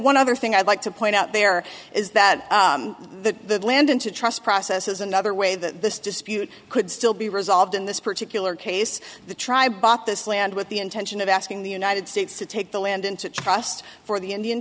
one other thing i'd like to point out there is that the land into trust process is another way that this dispute could still be resolved in this particular case the tribe bought this land with the intention of asking the united states to take the land into trust for the indian